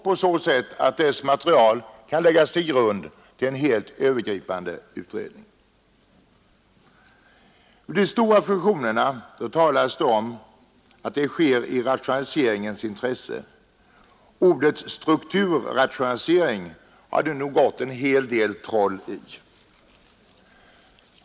På så sätt att dess material kan läggas till grund för en helt övergripande parlamentarisk utredning. Vid de stora fusionerna talas det om att de sker i rationaliseringens intresse. Ordet strukturrationalisering har det nog gått en hel del troll i.